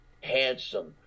handsome